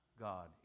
God